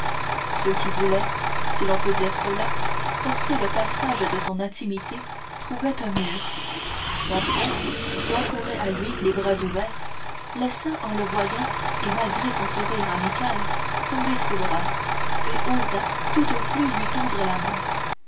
ceux qui voulaient si l'on peut dire cela forcer le passage de son intimité trouvaient un mur morcerf qui accourait à lui les bras ouverts laissa en le voyant et malgré son sourire amical tomber ses bras et osa tout au plus lui tendre la main